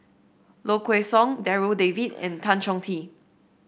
Low Kway Song Darryl David and Tan Chong Tee